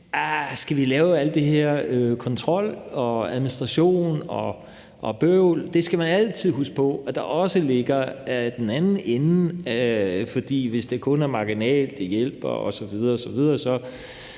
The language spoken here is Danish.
skal lave al den her kontrol, administration og bøvl. Man skal altid huske på, at der også ligger noget i den anden ende, og hvis det kun hjælper marginalt osv.,